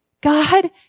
God